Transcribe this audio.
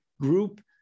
group